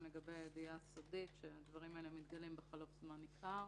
לגבי הידיעה הסודית שהדברים האלה מתגלים בחלוף זמן ניכר.